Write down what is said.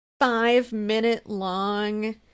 five-minute-long